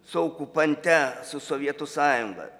su okupante su sovietų sąjunga